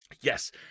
yes